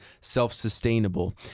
self-sustainable